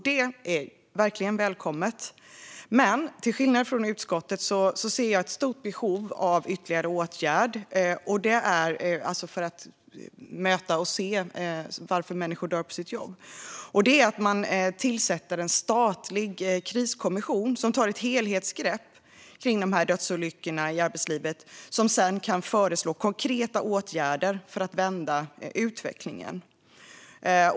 Detta är verkligen välkommet, men till skillnad från utskottet ser jag ett stort behov av en ytterligare åtgärd för att ta reda på varför människor dör på sitt jobb, nämligen att tillsätta en statlig kriskommission som tar ett helhetsgrepp kring dödsolyckor i arbetslivet och sedan kan föreslå konkreta åtgärder för att vända utvecklingen.